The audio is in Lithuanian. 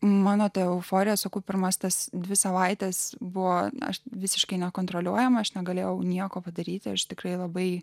mano ta euforija sakau pirmas tas dvi savaites buvo aš visiškai nekontroliuojama aš negalėjau nieko padaryti aš tikrai labai